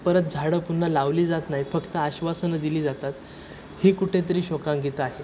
परत झाडं पुन्हा लावली जात नाही फक्त आश्वासनं दिली जातात ही कुठेतरी शोकांतिका आहे